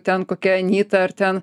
ten kokia anyta ar ten